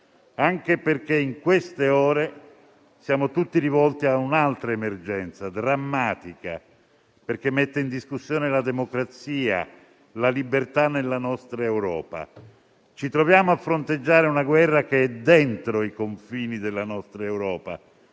anche perché in queste ore siamo tutti rivolti a un'altra emergenza drammatica, che mette in discussione la democrazia e la libertà nella nostra Europa. Ci troviamo a fronteggiare una guerra che è dentro i confini della nostra Europa;